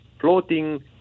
floating